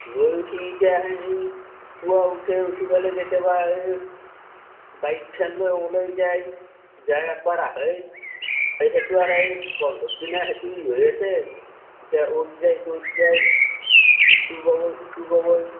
লৈ উঠি এতিয়া সেই পুৱা উঠে উঠি ফেলে কেতিয়াবা এই বাইকখন লৈ ওলাই যায় যাই একবাৰ আহে এই সেইটো আৰু এই বন্ধৰ দিনা সেইটো হৈ আছে এতিয়া অ'ত যায় ত'ত যায় ইটো সিটো